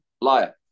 Liar